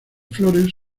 flores